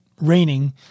raining